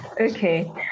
Okay